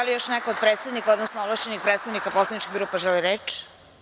Da li još neko od predsednika, odnosno ovlašćenih predstavnika poslaničkih grupa želi reč?